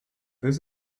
this